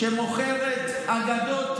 שמוכרת אגדות לאזרחים,